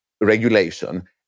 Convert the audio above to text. regulation